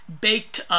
baked